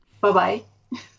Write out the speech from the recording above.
Bye-bye